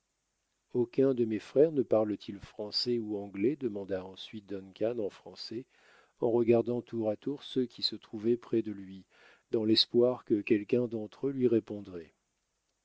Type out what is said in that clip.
aucun de mes frères ne parle-t-il français ou anglais demanda ensuite duncan en français en regardant tour à tour ceux qui se trouvaient près de lui dans l'espoir que quelqu'un d'entre eux lui répondrait